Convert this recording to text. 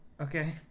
Okay